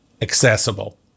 accessible